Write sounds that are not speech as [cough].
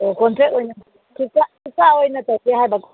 ꯑꯣ ꯀꯣꯟꯇꯦꯛ ꯑꯣꯏꯅ [unintelligible] ꯑꯣꯏꯅ ꯇꯧꯒꯦ ꯍꯥꯏꯕꯀꯣ